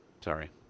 Sorry